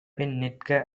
நிற்க